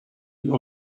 you